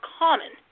common